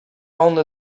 only